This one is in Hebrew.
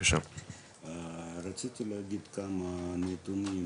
רציתי להגיד כמה נתונים